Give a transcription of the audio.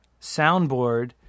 soundboard